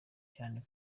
cyane